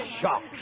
shocked